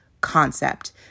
concept